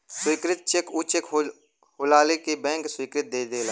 स्वीकृत चेक ऊ चेक होलाजे के बैंक स्वीकृति दे देला